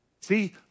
See